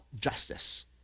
justice